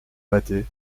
battait